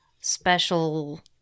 special